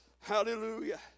Hallelujah